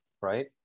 right